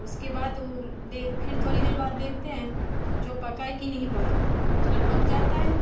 उसके बाद दे फिर थोड़ी देर बाद देखते हैं जो पका है कि नहीं पका अगर पक जाता है